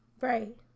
Right